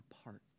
apart